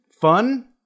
Fun